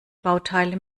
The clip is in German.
bauteile